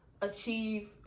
achieve